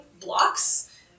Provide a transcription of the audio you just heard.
blocks